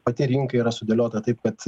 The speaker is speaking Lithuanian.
pati rinka yra sudėliota taip kad